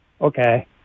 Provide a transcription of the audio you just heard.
Okay